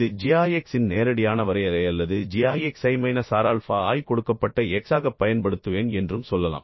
இது g i x இன் நேரடியான வரையறை அல்லது g i x ஐ மைனஸ் r ஆல்ஃபா i கொடுக்கப்பட்ட x ஆகப் பயன்படுத்துவேன் என்றும் சொல்லலாம்